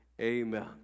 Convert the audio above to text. Amen